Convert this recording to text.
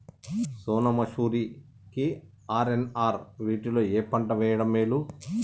సోనా మాషురి కి ఆర్.ఎన్.ఆర్ వీటిలో ఏ పంట వెయ్యడం మేలు?